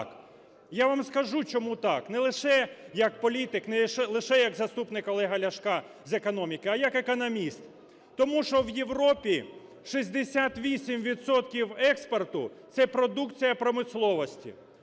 Я вам скажу, чому так, не лише як політик, не лише як заступник Олега Ляшка з економіки, а як економіст. Тому що в Європі 68 відсотків експорту – це продукція промисловості,